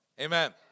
Amen